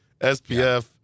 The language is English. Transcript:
SPF